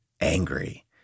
angry